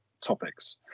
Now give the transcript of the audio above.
topics